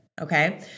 Okay